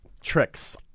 tricks